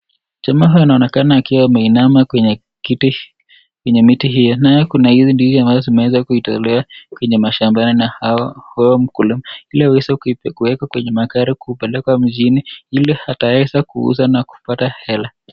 Jamaa anaonekana akiwa ameinama kwenye kiti yenye miti hii nayo kuna ndizi ambayo zimeweza kuitolea kwenye mashambani na mkulima ili aweze kuweka kwenye magari na kupeleka mjini ili ataweza kuuza na kupata hela.